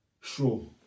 sure